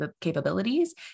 capabilities